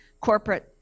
corporate